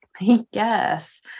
Yes